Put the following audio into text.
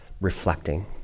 reflecting